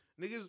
niggas